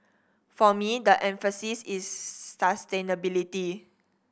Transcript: for me the emphasis is sustainability